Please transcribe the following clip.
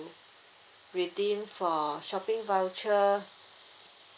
redeem for shopping voucher